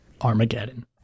armageddon